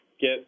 get